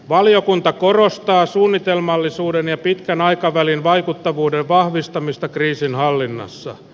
valiokunta korostaa suunnitelmallisuuden ja pitkän aikavälin vaikuttavuuden vahvistamista kriisinhallinnassa